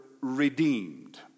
redeemed